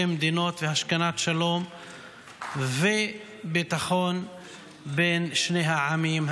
מדינות והשכנת שלום וביטחון בין שני העמים,